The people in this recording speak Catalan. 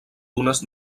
dunes